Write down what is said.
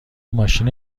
ماشین